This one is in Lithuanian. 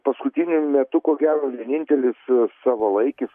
paskutiniu metu ko gero vienintelis savalaikis